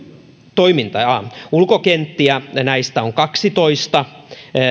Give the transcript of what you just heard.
toimintaa ahaa ulkokenttiä näistä on kaksitoista